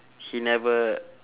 he never